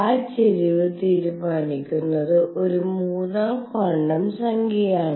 ആ ചരിവ് തീരുമാനിക്കുന്നത് ഒരു മൂന്നാം ക്വാണ്ടം സംഖ്യയാണ്